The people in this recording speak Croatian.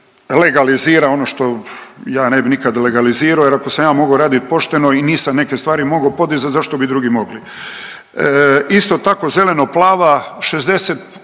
legalizira ono što ja ne bi nikad legalizirao jer ako sam ja mogo radit pošteno i nisam neke stvari mogo podizat zašto bi drugi mogli. Isto tako zeleno-plava 60